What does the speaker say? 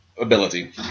ability